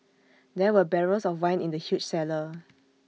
there were barrels of wine in the huge cellar